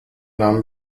nahm